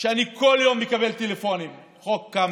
אני כל יום מקבל טלפונים על חוק קמיניץ.